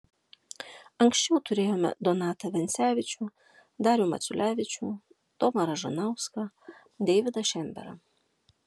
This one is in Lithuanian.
anksčiau turėjome donatą vencevičių darių maciulevičių tomą ražanauską deividą šemberą